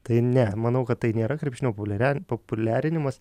tai ne manau kad tai nėra krepšinio populiaria populiarinimas